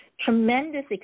tremendous